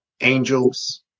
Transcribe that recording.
angels